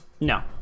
No